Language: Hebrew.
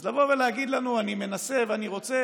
אז לבוא ולהגיד לנו: אני מנסה ואני רוצה